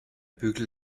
bügel